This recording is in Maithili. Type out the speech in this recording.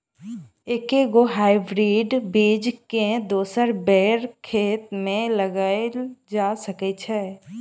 एके गो हाइब्रिड बीज केँ दोसर बेर खेत मे लगैल जा सकय छै?